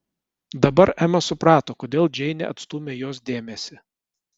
dabar ema suprato kodėl džeinė atstūmė jos dėmesį